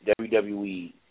WWE